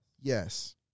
Yes